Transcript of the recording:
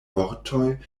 vortoj